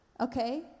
okay